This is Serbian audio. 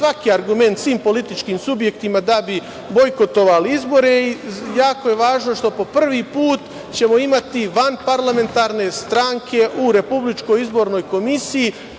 svaki argument svim političkim subjektima da bi bojkotovali izbore. Jako je važno što ćemo po prvi put imati vanparlamentarne stranke i Republičkoj izbornoj komisiji,